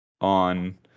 on